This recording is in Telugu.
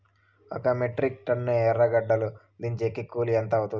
ఒక మెట్రిక్ టన్ను ఎర్రగడ్డలు దించేకి కూలి ఎంత అవుతుంది?